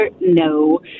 No